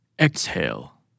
exhale